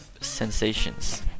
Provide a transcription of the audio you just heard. sensations